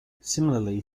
similarly